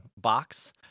box